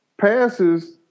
passes